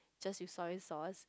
just with soy sauce